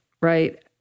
right